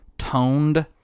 Toned